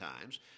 times